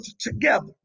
together